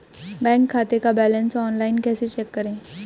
Bank खाते का balance online कैसे चेक करें?